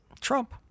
Trump